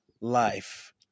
life